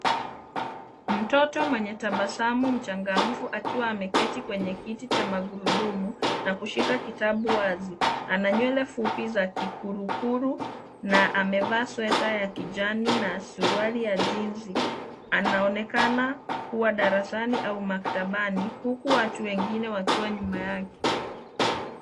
Mtoto mwenye tabasamu mchangamfu akiwa ameketi kwenye kiti cha magurudumu na kushika kitabu wazi. Ana nywele za kikurukuru na amevaa sweta ya kijani na suruali ya jinsi. Anaonekana kua darasani au maktabani huku watu wengine wakiwa nyuma yake.